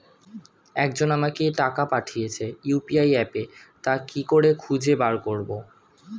একজন আমাকে টাকা পাঠিয়েছে ইউ.পি.আই অ্যাপে তা কি করে খুঁজে বার করব?